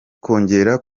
kongera